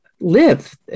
live